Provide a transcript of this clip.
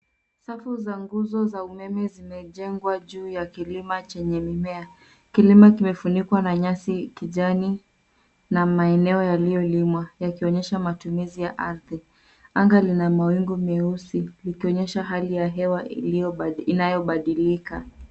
Safu za nguzo za umeme zimejengwa juu ya kilima chenye mimea. Kilima kimefunikwa na nyasi kijani na maeneo yaliyolimwa yakionyesha matumizi ya ardhi. Anga lina mawingu meusi likionyesha hali ya hewa inayobadilika.